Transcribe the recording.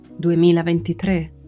2023